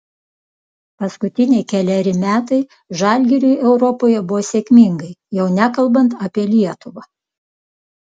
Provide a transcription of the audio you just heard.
paskutiniai keleri metai žalgiriui europoje buvo sėkmingai jau nekalbant apie lietuvą